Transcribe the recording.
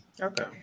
okay